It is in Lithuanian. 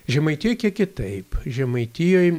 žemaitijoj kiek kitaip žemaitijoj